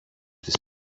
της